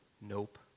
nope